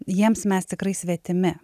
jiems mes tikrai svetimi